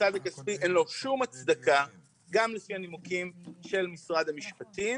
שלסעד הכספי אין שום הצדקה גם לפי הנימוקים של משרד המשפטים